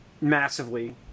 massively